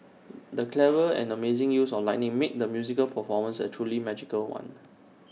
the clever and amazing use of lighting made the musical performance A truly magical one